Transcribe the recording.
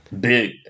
Big